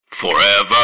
Forever